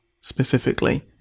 specifically